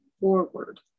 forward